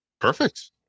Perfect